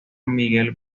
miguel